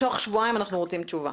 תוך שבועיים אנחנו רוצים תשובה.